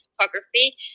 photography